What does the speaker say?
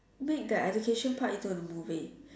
make the education part into a movie